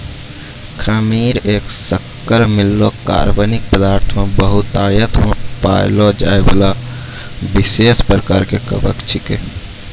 खमीर एक शक्कर मिललो कार्बनिक पदार्थ मे बहुतायत मे पाएलो जाइबला विशेष प्रकार के कवक छिकै